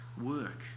work